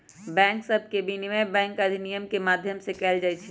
bank सभके विनियमन bank अधिनियम के माध्यम से कएल जाइ छइ